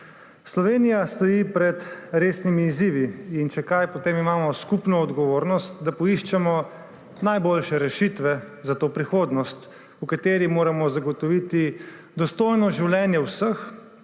Slovenija stoji pred resnimi izzivi, in če kaj, potem imamo skupno odgovornost, da poiščemo najboljše rešitve za to prihodnost, v kateri moramo zagotoviti dostojno življenje vseh